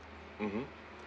mmhmm